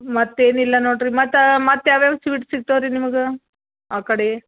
ಮತ್ತೇನಿಲ್ಲ ನೋಡಿರಿ ಮತ್ತೆ ಮತ್ತೆ ಯಾವ್ಯಾವ ಸ್ವೀಟ್ಸ್ ಸಿಗ್ತವೆ ರೀ ನಿಮ್ಗೆ ಆ ಕಡೆ